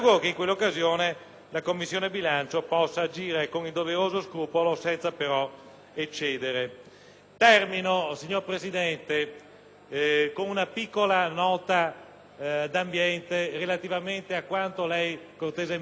Termino, signor Presidente, con una piccola nota d'ambiente relativamente a quanto lei cortesemente mi ha detto quando sono stato apostrofato, insieme agli altri colleghi,